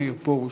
מאיר פרוש,